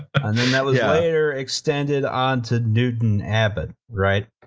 and then that was yeah later extended on to newton abbot, right.